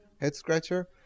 head-scratcher